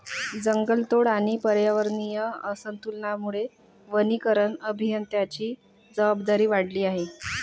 जंगलतोड आणि पर्यावरणीय असंतुलनामुळे वनीकरण अभियंत्यांची जबाबदारी वाढली आहे